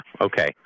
Okay